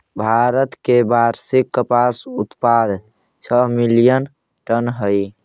भारत के वार्षिक कपास उत्पाद छः मिलियन टन हई